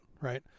right